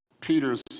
Peter's